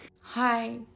Hi